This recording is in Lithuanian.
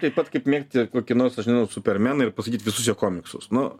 taip pat kaip mėgti kokį nors aš nežinau supermeną ir pasakyt visus jo komiksus nu